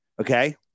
okay